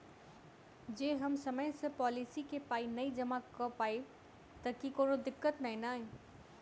जँ हम समय सअ पोलिसी केँ पाई नै जमा कऽ पायब तऽ की कोनो दिक्कत नै नै?